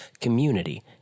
community